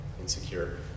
insecure